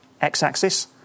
x-axis